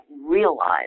realize